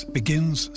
begins